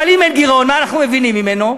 אבל אם אין גירעון, מה אנחנו מבינים ממנו?